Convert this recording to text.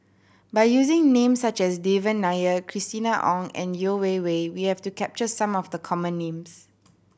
by using names such as Devan Nair Christina Ong and Yeo Wei Wei we hope to capture some of the common names